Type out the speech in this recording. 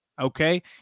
okay